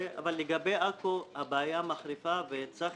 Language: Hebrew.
אבל לגבי עכו הבעיה מחריפה, והצגתם פתרונות.